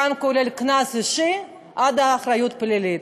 כולל קנס אישי, עד אחריות פלילית.